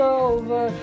over